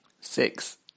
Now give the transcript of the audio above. Six